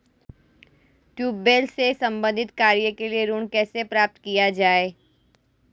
Tubewell से संबंधित कार्य के लिए ऋण कैसे प्राप्त किया जाए?